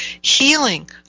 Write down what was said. healing